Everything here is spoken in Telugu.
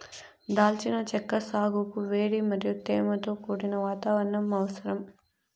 దాల్చిన చెక్క సాగుకు వేడి మరియు తేమతో కూడిన వాతావరణం అవసరం